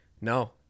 No